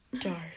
dark